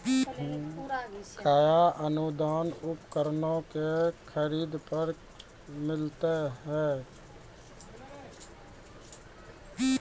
कया अनुदान उपकरणों के खरीद पर मिलता है?